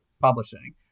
publishing